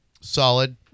solid